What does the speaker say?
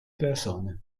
persone